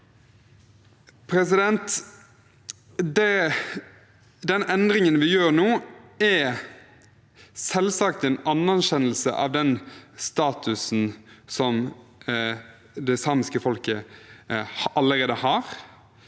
flertallet. Den endringen vi gjør nå, er selvsagt en anerkjennelse av den statusen det samiske folket allerede har,